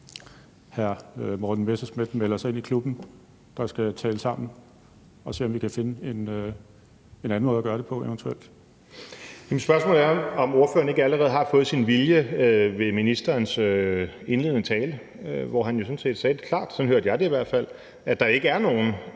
hr. Morten Messerschmidt melder sig ind i klubben, der skal tale sammen for at se, om vi eventuelt kan finde en anden måde at gøre det på. Kl. 16:52 Morten Messerschmidt (DF): Spørgsmålet er, om ordføreren ikke allerede har fået sin vilje ved ministerens indledende tale, hvor han jo sådan set sagde klart – sådan